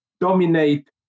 dominate